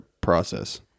process